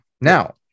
Now